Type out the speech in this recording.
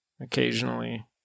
occasionally